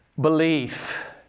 belief